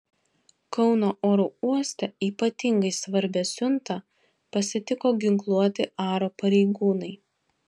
kauno oro uoste ypatingai svarbią siuntą pasitiko ginkluoti aro pareigūnai